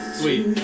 sweet